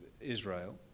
Israel